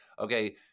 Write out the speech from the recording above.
Okay